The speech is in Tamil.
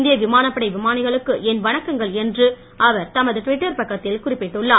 இந்திய விமானப்படை விமானிகளுக்கு என் வணக்கங்கள் என்று அவர் தமது ட்விட்டர் பக்கத்தில் குறிப்பிட்டுள்ளார்